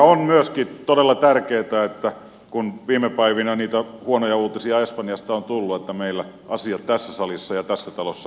on myöskin todella tärkeätä kun viime päivinä niitä huonoja uutisia espanjasta on tullut että meillä asiat tässä salissa ja tässä talossa ovat kunnossa